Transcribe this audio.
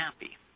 happy